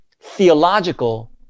theological